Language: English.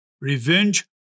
revenge